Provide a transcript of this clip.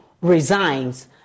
resigns